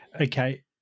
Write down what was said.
okay